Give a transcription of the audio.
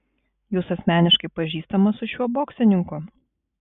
jūs asmeniškai pažįstamas su šiuo boksininku